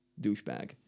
douchebag